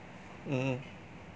mm